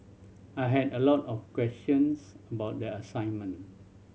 I had a lot of questions about the assignment